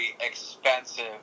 Expensive